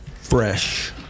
Fresh